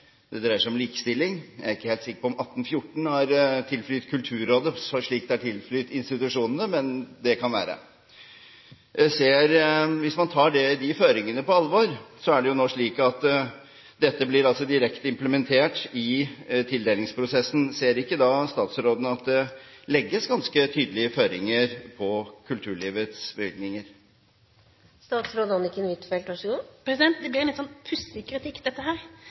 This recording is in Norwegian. det dreier seg om likestilling. Jeg er ikke helt sikker på om 1814 er tilflytt Kulturrådet, slik det er tilflytt institusjonene, men det kan være. Hvis man tar de føringene på alvor, er det nå slik at dette blir direkte implementert i tildelingsprosessen. Ser ikke da statsråden at det legges ganske tydelige føringer på kulturlivets bevilgninger? Det blir en litt pussig kritikk, dette, for på den ene siden kritiseres jeg for at det